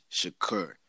Shakur